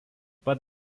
pat